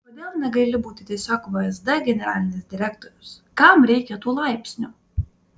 kodėl negali būti tiesiog vsd generalinis direktorius kam reikia tų laipsnių